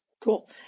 Cool